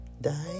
die